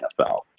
NFL